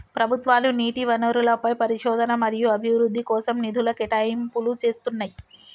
ప్రభుత్వాలు నీటి వనరులపై పరిశోధన మరియు అభివృద్ధి కోసం నిధుల కేటాయింపులు చేస్తున్నయ్యి